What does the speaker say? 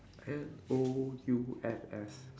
N O U N S